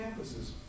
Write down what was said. campuses